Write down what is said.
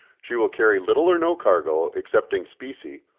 she will carry little or no cargo excepting specie,